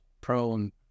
prone